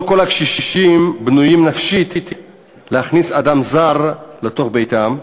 לא כל הקשישים בנויים נפשית להכנסת אדם זר לתוך ביתם.